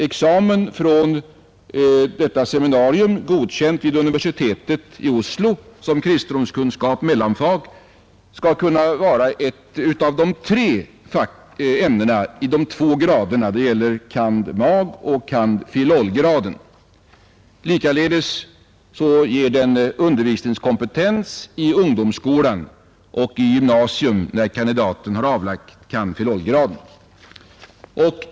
Examen från ifrågavarande seminarium godkänd vid universitetet i Oslo som ”kristendomskunnskap mellomfag”, skall kunna vara ett av de tre ämnena i de två graderna. Det gäller ”cand. mag. og cand. philol.graden”. Likaledes ger den undervisningskompetens i ungdomsskolan och vid gymnasium när kandidaten har avlagt ”cand. philol.graden”.